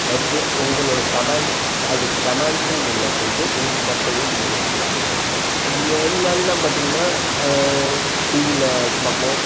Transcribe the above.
வெச்சி உங்களோடய கமெண்ட்ஸ் அது கமெண்ட்ஸுங்கிறதுல போய்ட்டு உங்கள் கருத்துக்களை நீங்கள் வெச்சுக்கலாம் முன்னாடில்லாம் பார்த்தீங்கன்னா டிவியில் பார்ப்போம்